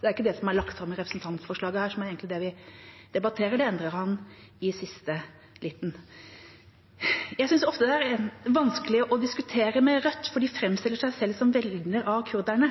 Det er jo ikke det som er lagt fram i representantforslaget, som egentlig er det vi debatterer. Det endret han i siste liten. Jeg synes ofte det er vanskelig å diskutere med Rødt, for de framstiller seg selv som venner av kurderne,